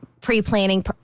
pre-planning